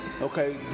Okay